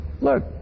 Look